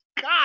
God